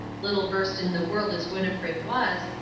little versed in the world as winnifred was,